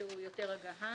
הגהה.